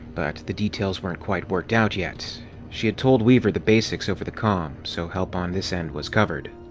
but the details weren't quite worked out yet she had told weaver the basics over the com, so help on this end was covered.